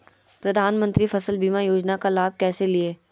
प्रधानमंत्री फसल बीमा योजना का लाभ कैसे लिये?